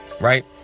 right